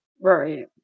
Right